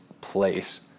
place